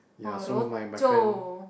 ya so my my friend